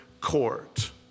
court